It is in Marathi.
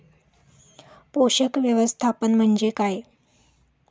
पोषक व्यवस्थापन म्हणजे काय?